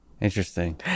Interesting